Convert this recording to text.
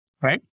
right